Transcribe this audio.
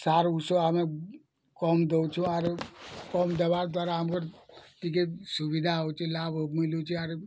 sir ଊଷ ଆମେ କମ୍ ଦଉଛୁ ଆର୍ କମ୍ ବ୍ୟବହାର ଦ୍ୱାରା ଆମେ ଟିକେ ସୁବିଧା ହଉଛି ଲାଭ୍ ମିଳୁଛି ଆର୍